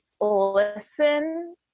listen